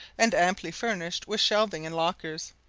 and amply furnished with shelving and lockers.